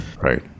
Right